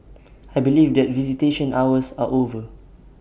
I believe that visitation hours are over